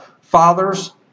Fathers